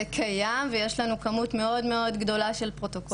זה קיים ויש לנו כמות מאוד מאוד גדולה של פרוטוקולים.